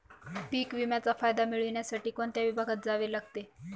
पीक विम्याचा फायदा मिळविण्यासाठी कोणत्या विभागात जावे लागते?